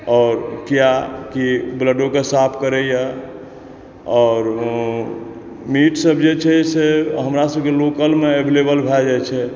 आओर कियाकि ब्लडो के साफ करैया आओर मीट सब जे छै से हमरासभ के लोकल मे एवेलेबल भऽ जाइ छै